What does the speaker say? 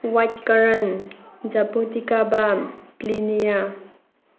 white ꯀꯔꯟ ꯖꯄꯨꯇꯤꯀꯥꯕꯥꯝ ꯄ꯭ꯂꯤꯅꯤꯌꯥ